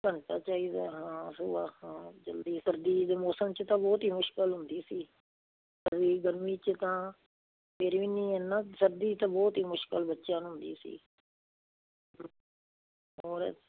ਘੰਟਾ ਚਾਹੀਦਾ ਹਾਂ ਸੁਬਹਾ ਹਾਂ ਜਲਦੀ ਸਰਦੀ ਦੇ ਮੌਸਮ 'ਚ ਤਾਂ ਬਹੁਤ ਹੀ ਮੁਸ਼ਕਿਲ ਹੁੰਦੀ ਸੀ ਸਰਦੀ ਗਰਮੀ 'ਚ ਤਾਂ ਫਿਰ ਵੀ ਨਹੀਂ ਇੰਨਾ ਸਰਦੀ 'ਚ ਤਾਂ ਬਹੁਤ ਹੀ ਮੁਸ਼ਕਿਲ ਬੱਚਿਆਂ ਨੂੰ ਹੁੰਦੀ ਸੀ ਹੋਰ